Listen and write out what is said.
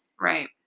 Right